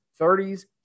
30s